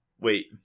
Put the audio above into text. Wait